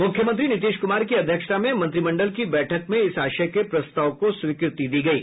मुख्यमंत्री नीतीश कुमार की अध्यक्षता में मंत्रिमंडल की बैठक में इस आशय के प्रस्ताव को स्वीकृति दी गयी